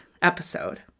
episode